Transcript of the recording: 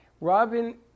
Robin